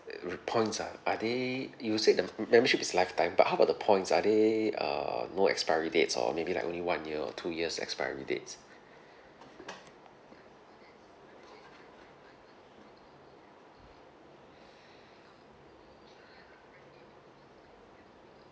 points ah are they you said the m~ membership is lifetime but how about the points are they err no expiry dates or maybe like only one year or two years expiry dates